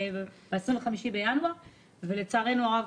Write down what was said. ולצערנו הרב,